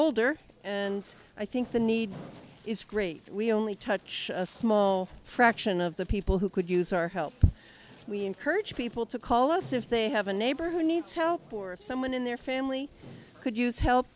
older and i think the need is great we only touch a small fraction of the people who could use our help we encourage people to call us if they have a neighbor who needs help or someone in their family could use help